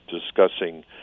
discussing